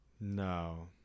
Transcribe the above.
No